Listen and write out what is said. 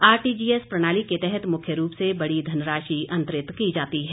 RTGS प्रणाली के तहत मुख्य रूप से बड़ी धनराशि अंतरित की जाती है